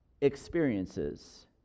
experiences